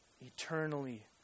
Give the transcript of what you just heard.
eternally